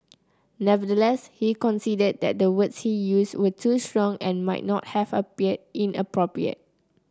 nevertheless he conceded that the words he used were too strong and might not have appeared inappropriate